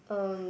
um